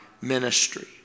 ministry